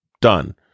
Done